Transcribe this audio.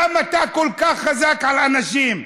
למה אתה כל כך חזק על אנשים?